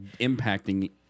impacting